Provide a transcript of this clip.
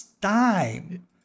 time